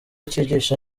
cyigisha